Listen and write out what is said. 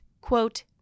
quote